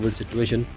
situation